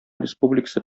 республикасы